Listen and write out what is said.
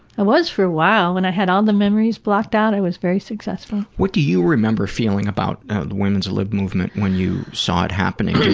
i was for a while when i had all the memories blocked out, i was very successful. what do you remember feeling about women's lib movement when you saw it happening?